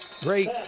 great